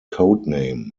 codename